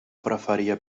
preferia